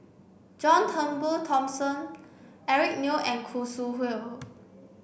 John Turnbull Thomson Eric Neo and Khoo Sui Hoe